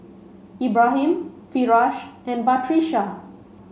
Ibrahim Firash and Batrisya